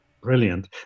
brilliant